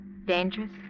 Dangerous